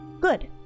Good